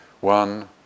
One